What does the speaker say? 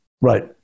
right